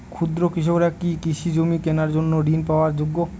ক্ষুদ্র কৃষকরা কি কৃষি জমি কেনার জন্য ঋণ পাওয়ার যোগ্য?